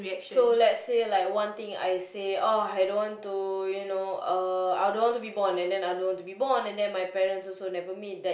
so let's say like one thing I say oh I don't want to you know uh I don't want to be born and then I don't want to be born and then my parents also never meet that